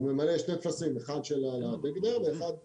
הוא ממלא שני טפסים: אחד של ההגדר ואחר לכשירות.